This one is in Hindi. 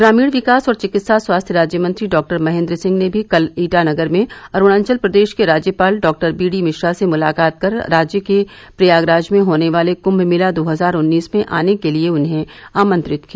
ग्रामीण विकास और चिकित्सा स्वास्थ्य राज्य मंत्री डॉक्टर महेन्द्र सिंह ने भी कल ईटानगर में अरुणाचल प्रदेश के राज्यपाल डॉक्टर बीडी मिश्रा से मुलाकात कर राज्य के प्रयागराज में होने वाले कृंभ मेला दो हजार उन्लीस में आने के लिए उन्हें आमंत्रित किया